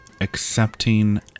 accepting